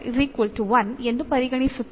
ಇಲ್ಲಿ ನಾವು ಈ ಎಂದು ಪರಿಗಣಿಸುತ್ತೇವೆ